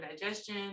digestion